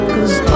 Cause